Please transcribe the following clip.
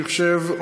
אני חושב,